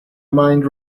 mind